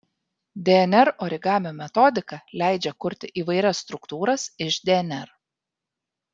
dnr origamio metodika leidžia kurti įvairias struktūras iš dnr